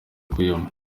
akuyemo